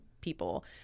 people